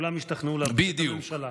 כולם ישתכנעו להפיל את הממשלה.